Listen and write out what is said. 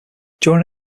during